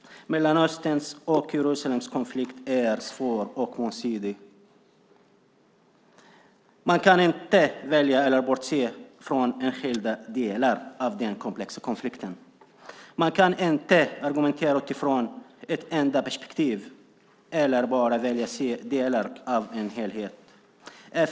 Mellanösterns och Jerusalems konflikt är svår och mångsidig. Man kan inte välja att bortse från enskilda delar av den komplexa konflikten. Man kan inte argumentera utifrån ett enda perspektiv eller bara välja att se delar av helheten.